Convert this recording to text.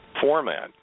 format